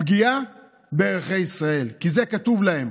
פגיעה בערכי ישראל, כי זה כתוב להם.